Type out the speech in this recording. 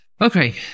Okay